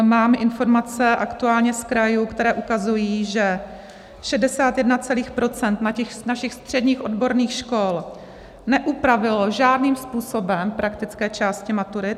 Mám informace aktuálně z krajů, které ukazují, že 61 % našich středních odborných škol neupravilo žádným způsobem praktické části maturit.